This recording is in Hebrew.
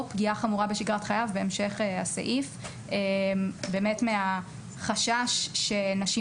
פגיעה חמורה בשגרת חייו" וזאת בגלל החשש שנשים